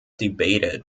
debated